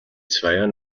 zweier